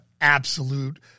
absolute